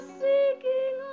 seeking